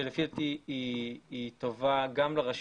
שלפי דעתי היא טובה גם לרשויות,